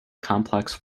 complex